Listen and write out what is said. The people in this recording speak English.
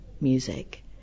music